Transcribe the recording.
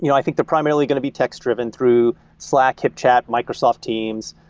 you know i think they're primarily going to be text driven through slack, hipchat, microsoft teams,